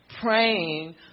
praying